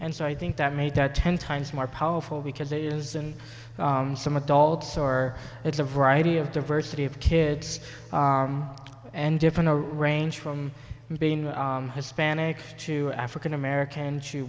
and so i think that made that ten times more powerful because it is in some adults or it's a variety of diversity of kids and different range from being hispanic to african american